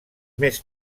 més